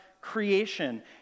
creation